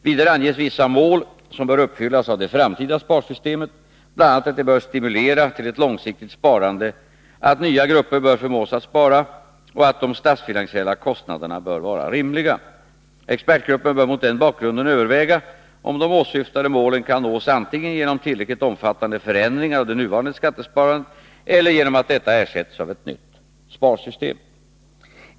Vidare anges vissa mål som bör uppfyllas av det framtida sparsystemet, bl.a. att det bör stimulera till ett långsiktigt sparande, att nya grupper bör förmås att spara och att de statsfinansiella kostnaderna bör vara rimliga. Expertgruppen bör mot denna bakgrund överväga om de åsyftade målen kan nås antingen genom tillräckligt omfattande förändringar av det nuvarande skattesparandet eller genom att detta ersätts av ett nytt sparsystem.